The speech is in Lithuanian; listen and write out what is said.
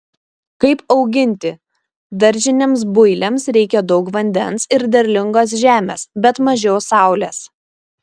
kaip auginti daržiniams builiams reikia daug vandens ir derlingos žemės bet mažiau saulės